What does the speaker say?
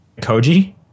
Koji